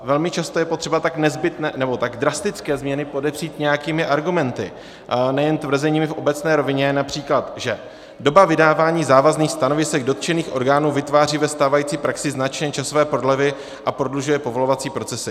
Velmi často je potřeba tak nezbytné nebo tak drastické změny podepřít nějakými argumenty, nejen tvrzeními v obecné rovině, například že doba vydávání závazných stanovisek dotčených orgánů vytváří ve stávající praxi značné časové prodlevy a prodlužuje povolovací procesy.